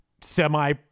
semi